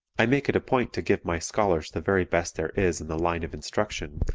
i make it a point to give my scholars the very best there is in the line of instruction,